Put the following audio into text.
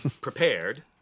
prepared